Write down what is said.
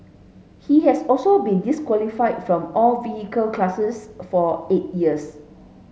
he has also been disqualified from all vehicle classes for eight years